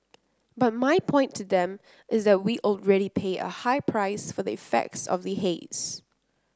but my point to them is that we already pay a high price for the effects of the haze